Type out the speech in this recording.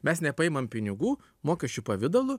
mes nepaimam pinigų mokesčių pavidalu